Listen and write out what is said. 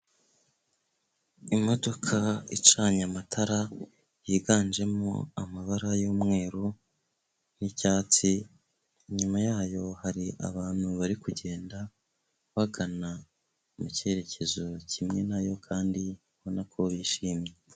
Imodoka icanye amatara, yiganjemo amabara yu'umweru n'icyatsi, inyuma yayo hari abantu bari kugenda bagana mu cyerekezo kimwe nayo kandi ubona ko bishimye.